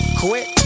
quit